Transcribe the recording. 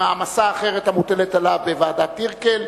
במעמסה אחרת המוטלת עליו, בוועדת-טירקל.